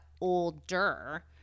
older